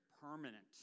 permanent